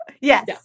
yes